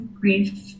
grief